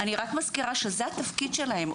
זה התפקיד שלהם.